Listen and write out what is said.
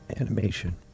animation